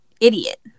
idiot